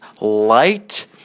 light